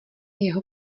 jeho